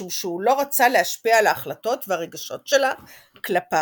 משום שהוא לא רצה להשפיע על ההחלטות והרגשות שלה כלפיו.